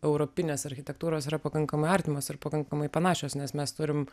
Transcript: europinės architektūros yra pakankamai artimos ir pakankamai panašios nes mes turim